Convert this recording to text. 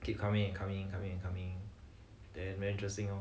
keep coming in coming coming in then very interesting lor